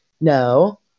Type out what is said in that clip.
No